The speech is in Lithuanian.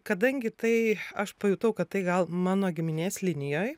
kadangi tai aš pajutau kad tai gal mano giminės linijoj